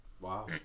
Wow